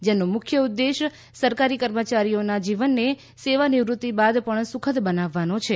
જેનો મુખ્ય ઉદેશ્ય સરકારી કર્મચારીઓના જીવનને સેવાનિવૃતિ બાદ પણ સુખદ બનાવવાનો છે